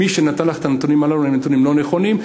מי שנתן לך את הנתונים הללו, הם נתונים לא נכונים.